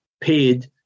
paid